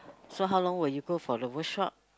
so how long will you go for the workshop